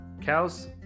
Cows